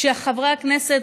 כשחברי הכנסת